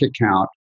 account